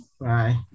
Bye